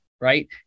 right